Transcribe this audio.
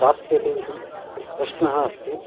प्राप्यते इति प्रश्नः अस्ति